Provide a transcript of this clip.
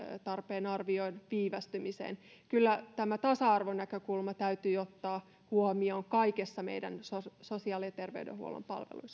tarpeen arvion viivästymiseen kyllä tämä tasa arvonäkökulma täytyy ottaa huomioon kaikissa meidän sosiaali ja terveydenhuollon